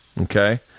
okay